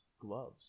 gloves